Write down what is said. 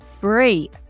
free